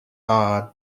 are